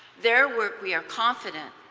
their work, we are confident,